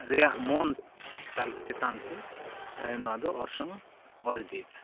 ᱨᱮᱭᱟᱜ ᱢᱚᱱ ᱛᱟᱞ ᱪᱮᱛᱟᱱᱛᱮ ᱱᱚᱣᱟ ᱫᱚ ᱚᱨᱥᱚᱝ ᱚᱨ ᱤᱫᱤᱭᱮᱫᱟᱭ